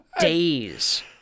days